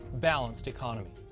balanced economy.